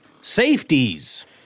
Safeties